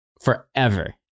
forever